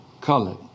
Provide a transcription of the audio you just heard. colored